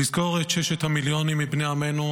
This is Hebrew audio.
לזכור את ששת המיליונים מבני עמנו,